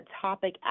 topic